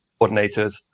coordinators